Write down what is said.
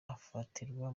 afatirwa